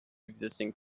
existing